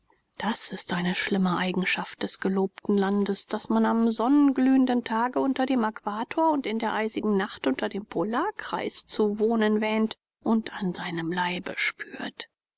das ist eine schlimme eigenschaft des gelobten landes daß man am sonnenglühenden tage unter dem äquator und in der eisigen nacht unter dem polarkreis zu wohnen wähnt und an seinem leibe spürt